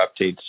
updates